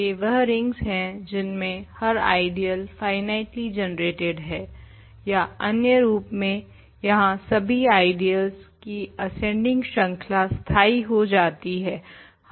ये वह रिंग्स हैं जिनमें हर आइडियल फाइनाइटली जनरेटेड है या अन्य रूप में यहाँ सभी आइडियल्स की असेंडिंग श्रंखला स्थायी हो जाती है